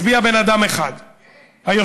הצביע בן אדם אחד, היושב-ראש.